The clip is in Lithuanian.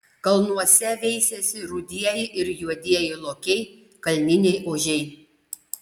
kalnuose veisiasi rudieji ir juodieji lokiai kalniniai ožiai